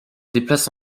déplace